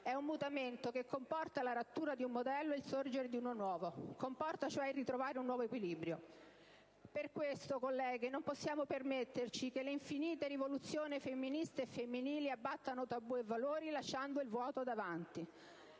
È un mutamento che comporta la rottura di un modello e il sorgere di uno nuovo; comporta, cioè, il ritrovare un nuovo equilibrio: per questo, colleghe, non possiamo permetterci che le infinite rivoluzioni femministe e femminili abbattano tabù e valori lasciando il vuoto davanti.